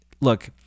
look